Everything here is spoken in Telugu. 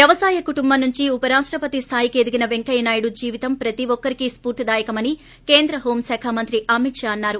వ్యవసాయ కుటుంబం నుంచి ఉప రాష్టపతి స్థాయికి ఎదిగిన వెంకయ్య నాయుడు జీవితం ప్రతి ఒక్కరికీ స్పార్తిదాయకమేని కేంద్ర హోం శాఖ మంత్రి అమిత్ షా అన్నారు